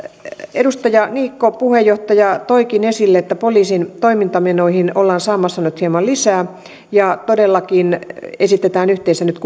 edustaja niikko puheenjohtaja toikin esille että poliisin toimintamenoihin ollaan saamassa nyt hieman lisää ja todellakin esitetään yhteensä nyt